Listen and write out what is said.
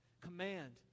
command